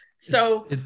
So-